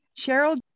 cheryl